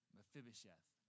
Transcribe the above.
Mephibosheth